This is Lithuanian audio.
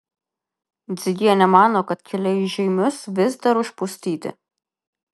dzigienė mano kad keliai į žeimius vis dar užpustyti